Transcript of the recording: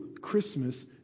Christmas